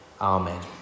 amen